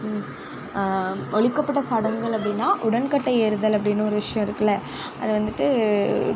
ஒழிக்கப்பட்ட சடங்குகள் அப்படின்னா உடன்கட்டை ஏறுதல் அப்படின்னு ஒரு விஷயம் இருக்கில்ல அதை வந்துட்டு